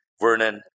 Vernon